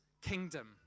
kingdom